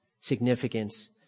significance